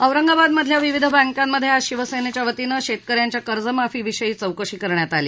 औरंगाबादमधल्या विविध बँकांमध्ये आज शिवसेनेच्या वतीनं शेतकऱ्यांच्या कर्जमाफी विषयी चौकशी करण्यात आली